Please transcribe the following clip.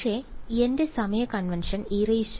− ω2 പക്ഷേ എന്റെ സമയ കൺവെൻഷൻ ejωt ആയിരുന്നു